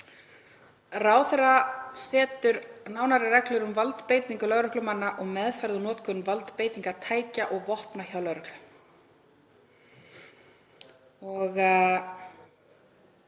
„Ráðherra setur nánari reglur um valdbeitingu lögreglumanna og meðferð og notkun valdbeitingartækja og vopna hjá lögreglu.“